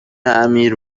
امیر